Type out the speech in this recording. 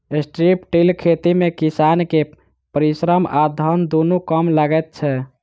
strip till खेती मे किसान के परिश्रम आ धन दुनू कम लगैत छै